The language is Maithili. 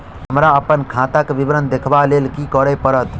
हमरा अप्पन खाताक विवरण देखबा लेल की करऽ पड़त?